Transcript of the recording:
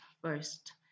first